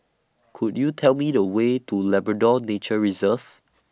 Could YOU Tell Me The Way to Labrador Nature Reserve